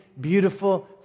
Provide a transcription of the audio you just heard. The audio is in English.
beautiful